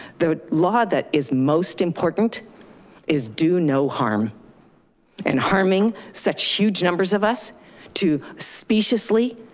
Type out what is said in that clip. the law that is most important is do no harm and harming such huge numbers of us to spaciously